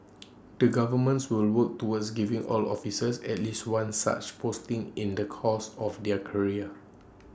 the governments will work towards giving all officers at least one such posting in the course of their career